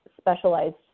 specialized